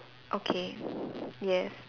okay yes